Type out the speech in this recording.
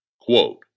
Quote